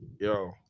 yo